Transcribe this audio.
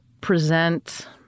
present